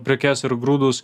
prekes ir grūdus